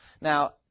Now